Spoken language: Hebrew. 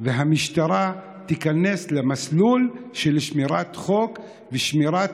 והמשטרה ייכנסו למסלול של שמירת חוק ושמירה